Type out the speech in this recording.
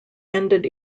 ended